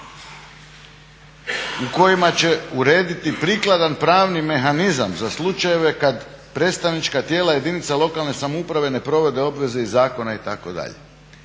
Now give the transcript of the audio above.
u kojima će urediti prikladan pravni mehanizam za slučajeve kada predstavnička tijela jedinice lokalne samouprave ne provede obveze iz zakona" itd.